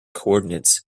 coordinates